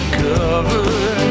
covered